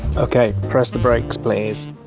okay, press the brakes please.